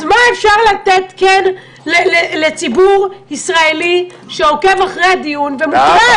אז מה אפשר לתת לציבור ישראלי שעוקב אחרי הדיון ומוטרד?